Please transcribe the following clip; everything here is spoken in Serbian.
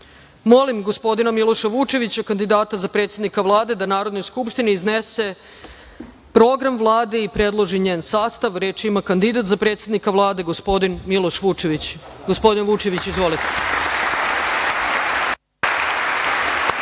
gospodina Miloša Vučevića, kandidata za predsednika Vlade, da Narodnoj skupštini iznese program Vlade i predloži njen sastav. Reč ima kandidat za predsednika Vlade gospodin Miloš Vučević. Gospodine Vučeviću, izvolite.